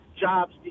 jobs